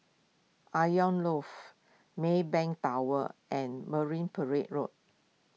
Loft Maybank Tower and Marine Parade Road